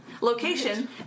Location